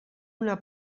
una